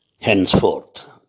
henceforth